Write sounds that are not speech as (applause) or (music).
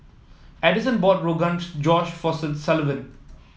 Addyson bought Rogan Josh for (unintelligible) Sullivan